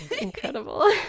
Incredible